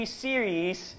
series